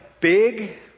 big